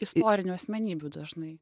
istorinių asmenybių dažnai